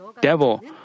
devil